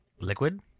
Liquid